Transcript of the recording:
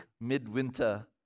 midwinter